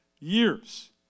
years